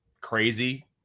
crazy